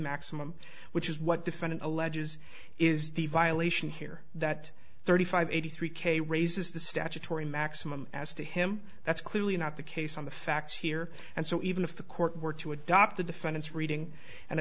maximum which is what defendant alleges is the violation here that thirty five eighty three k raises the statutory maximum as to him that's clearly not the case on the facts here and so even if the court were to adopt the defendant's reading and